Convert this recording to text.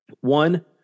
one